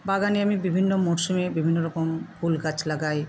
বাগানে আমি বিভিন্ন মরশুমে বিভিন্ন রকম ফুল গাছ লাগাই